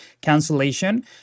cancellation